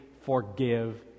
forgive